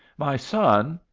my son,